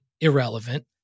irrelevant